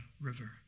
river